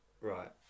right